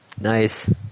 Nice